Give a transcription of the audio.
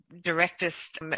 directest